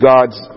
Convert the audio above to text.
God's